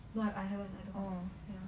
no I haven't I don't know ya